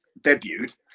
debuted